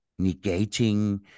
negating